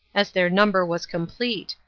as their number was complete,